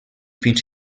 fins